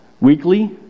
weekly